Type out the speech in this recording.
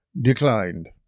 declined